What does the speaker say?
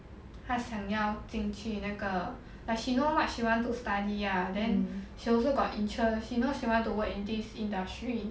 他想要进去那个 like she know what want to study lah then she also got ensure she knows she want to work in this industry